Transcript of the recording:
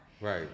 Right